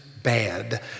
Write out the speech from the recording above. bad